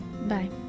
Bye